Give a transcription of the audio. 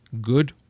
good